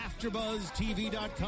AfterBuzzTV.com